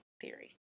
theory